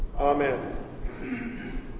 Amen